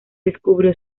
descubrió